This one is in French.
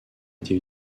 été